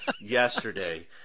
yesterday